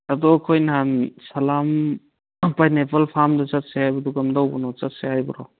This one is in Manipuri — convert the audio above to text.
ꯑꯗꯣ ꯑꯩꯈꯣꯏ ꯅꯍꯥꯟ ꯁꯂꯥꯝ ꯄꯥꯏꯅꯦꯄꯜ ꯐꯥꯔꯝꯗ ꯆꯠꯁꯦ ꯍꯥꯏꯕꯗꯨ ꯀꯝꯗꯧꯕꯅꯣ ꯆꯠꯁꯦ ꯍꯥꯏꯕ꯭ꯔꯣ